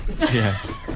Yes